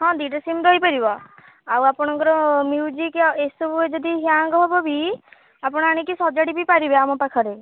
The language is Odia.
ହଁ ଦୁଇଟା ସିମ୍ ରହିପାରିବ ଆଉ ଆପଣଙ୍କର ମ୍ୟୁଜିକ୍ ଆଉ ଏସବୁରେ ଯଦି ହ୍ୟାଙ୍ଗ ହବ ବି ଆପଣ ଆଣିକି ସଜାଡ଼ି ବି ପାରିବେ ଆମ ପାଖରେ